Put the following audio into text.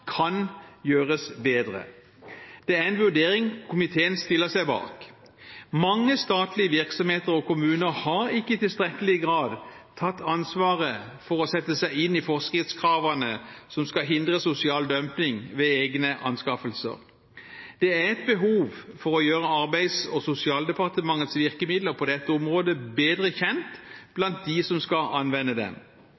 kan gjøres bedre. Det er en vurdering komiteen stiller seg bak. Mange statlige virksomheter og kommuner har ikke i tilstrekkelig grad tatt ansvaret for å sette seg inn i forskriftskravene som skal hindre sosial dumping ved egne anskaffelser. Det er behov for å gjøre Arbeids- og sosialdepartementets virkemidler på dette området bedre kjent